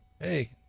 Hey